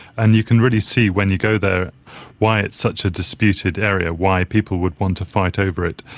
and you can really see when you go there why it's such a disputed area, why people would want to fight over it.